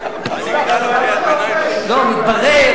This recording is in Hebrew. אתה עובד?